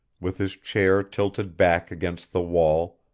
with his chair tilted back against the wall,